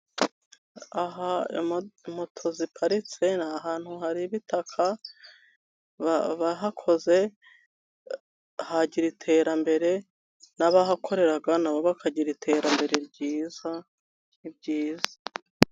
Aha moto ziparitse ni ahantu hari ibitaka, bahakoze hagira iterambere n'abahakorera na bo bakagira iterambere ryiza ni byiza.